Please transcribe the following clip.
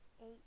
eight